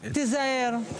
תיזהר.